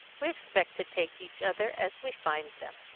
we expect to take each other as we find them.